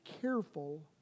careful